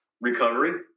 recovery